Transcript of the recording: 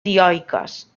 dioiques